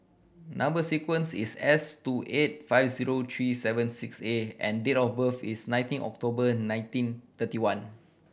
number sequence is S two eight five zero three seven six A and date of birth is nineteen October nineteen thirty one